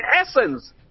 essence